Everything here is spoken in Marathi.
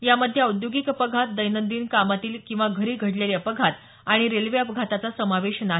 यामध्ये औद्योगिक अपघात दैनंदिन कामातील किंवा घरी घडलेले अपघात आणि रेल्वे अपघाताचा समावेश नाही